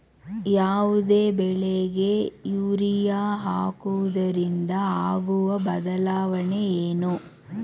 ಯಾವುದೇ ಬೆಳೆಗೆ ಯೂರಿಯಾ ಹಾಕುವುದರಿಂದ ಆಗುವ ಬದಲಾವಣೆ ಏನು?